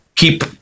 keep